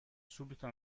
subito